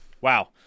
Wow